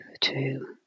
two